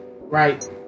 right